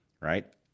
right